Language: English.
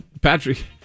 Patrick